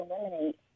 eliminate